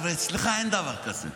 אבל אצלך אין דבר כזה.